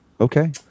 okay